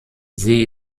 sie